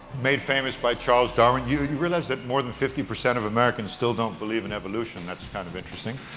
made famous by charles darwin. you and you realize that more than fifty percent of americans still don't believe in evolution? that's kind of interesting.